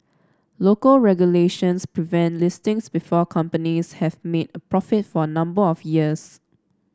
local regulations prevent listings before companies have made a profit for a number of years